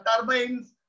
turbines